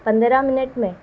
پندرہ منٹ میں